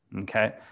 okay